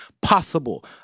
possible